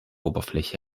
oberfläche